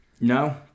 No